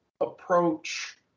approach